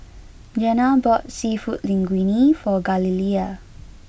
Jeanna bought Seafood Linguine for Galilea